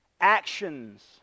Actions